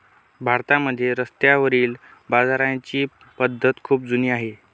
भारतामध्ये रस्त्यावरील बाजाराची पद्धत खूप जुनी आहे